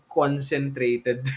concentrated